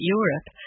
Europe